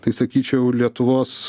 tai sakyčiau lietuvos